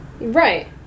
Right